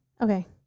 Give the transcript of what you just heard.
Okay